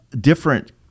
different